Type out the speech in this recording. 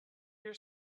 your